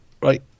right